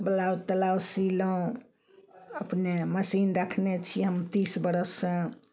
blouse तेलाउज सीलहुँ अपने मशीन रखने छियै हम तीस बरससँ